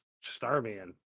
Starman